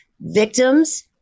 victims